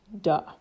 Duh